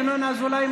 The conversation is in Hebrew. ינון אזולאי,